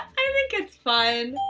i think it's fun.